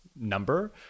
number